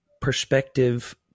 perspective